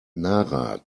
nara